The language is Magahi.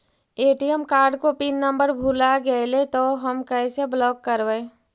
ए.टी.एम कार्ड को पिन नम्बर भुला गैले तौ हम कैसे ब्लॉक करवै?